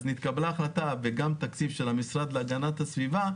נתקבלה החלטה וגם תקציב של המשרד להגנת הסביבה,